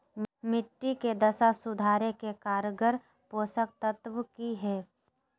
मिट्टी के दशा सुधारे के कारगर पोषक तत्व की है?